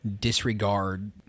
disregard